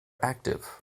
active